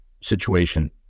situation